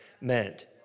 meant